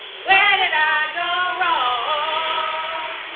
where did i go wrong? um